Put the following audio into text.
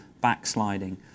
backsliding